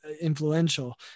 influential